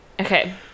okay